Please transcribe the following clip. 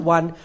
One